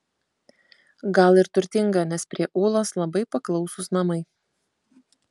gal ir turtinga nes prie ūlos labai paklausūs namai